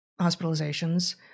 hospitalizations